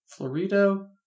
Florido